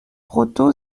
proto